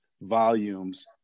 volumes